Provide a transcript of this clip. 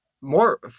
more